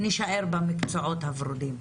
נישאר במקצועות הוורודים.